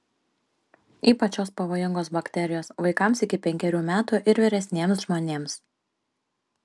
ypač šios pavojingos bakterijos vaikams iki penkerių metų ir vyresniems žmonėms